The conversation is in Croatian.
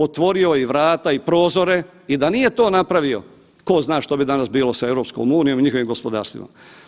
Otvorio je i vrata i prozore i da nije to napravio ko zna što bi danas bilo sa EU i njihovim gospodarstvima.